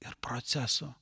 ir proceso